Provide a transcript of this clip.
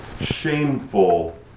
shameful